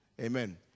Amen